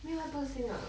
没有 lah 不是新的